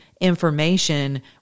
information